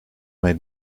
made